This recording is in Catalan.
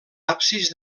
absis